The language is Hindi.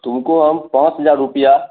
तुमको हम पाँच हजार रूपया